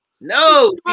No